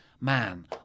Man